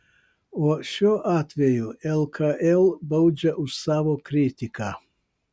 o šiuo atveju lkl baudžia už savo kritiką